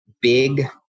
big